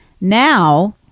Now